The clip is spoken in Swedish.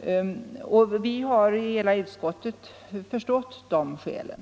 blodprovstagning. Hela utskottet har förstått de skälen.